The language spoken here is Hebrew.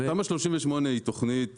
--- תמ"א 38 היא תוכנית